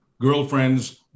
girlfriends